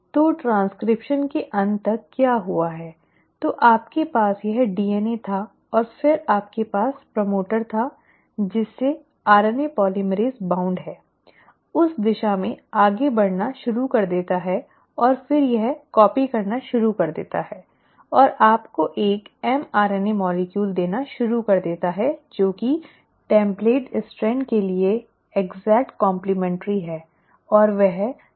तो ट्रैन्स्क्रिप्शन के अंत तक क्या हुआ है तो आपके पास यह डीएनए था और फिर आपके पास प्रमोटर था जिस से आरएनए पोलीमरेज़ बाध्य है उस दिशा में आगे बढ़ना शुरू कर देता है और फिर यह नकल करना शुरू कर देता है और आपको एक एमआरएनए अणु देना शुरू कर देता है जो कि टेम्पलेट स्ट्रैंड के लिए सटीक काम्प्लिमेन्टैरिटी है